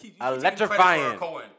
Electrifying